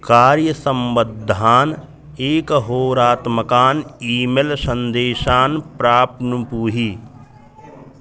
कार्यसम्बद्धान् एकहोरात्मकान् email सन्देशान् प्राप्नुहि